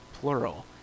Plural